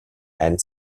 and